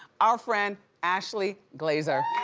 our friend, ashlee glazer.